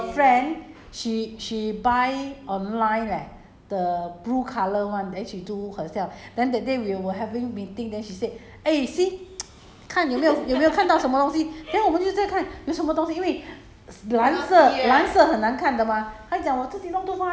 no I have a friend she she buy online leh the blue colour one then she do herself then that day we were having meeting then she said eh see 看有没有有没有看到什么东西 then 我们就在看有什么东西因为